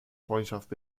freundschaft